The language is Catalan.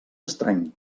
estrany